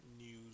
news